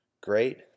great